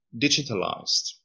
digitalized